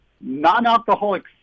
non-alcoholic